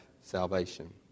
salvation